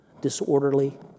disorderly